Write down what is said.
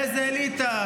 איזה אליטה?